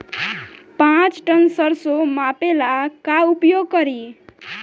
पाँच टन सरसो मापे ला का उपयोग करी?